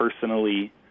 personally